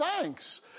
thanks